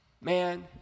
man